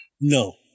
No